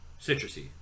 citrusy